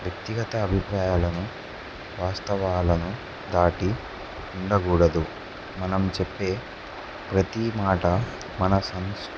వ్యక్తిగత అభిప్రాయాలను వాస్తవాలను దాటి ఉండకూడదు మనం చెప్పే ప్రత మాట మన సంస్